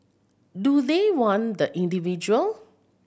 do they want the individual